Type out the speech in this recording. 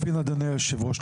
אדוני היושב ראש,